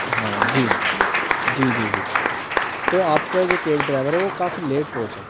ہاں جی جی جی جی جی تو آپ کا جو کیب ڈرائیور ہے وہ کافی لیٹ پہنچا